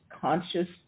conscious